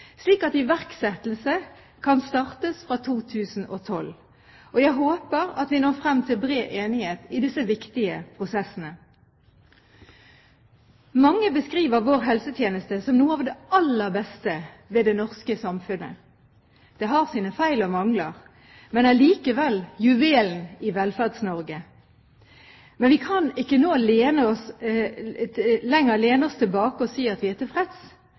slik at iverksettelse kan skje fra 2012. Jeg håper at vi når frem til bred enighet i disse viktige prosessene. Mange beskriver vår helsetjeneste som noe av det aller beste ved det norske samfunnet. Den har sine feil og mangler, men er likevel juvelen i Velferds-Norge. Men vi kan ikke nå lene oss tilbake og si at vi er